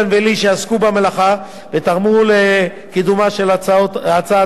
שעסקו במלאכה ותרמו לקידומה של הצעת החוק.